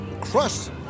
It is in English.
crust